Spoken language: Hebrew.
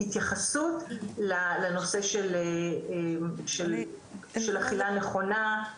התייחסות לנושא של אכילה נכונה,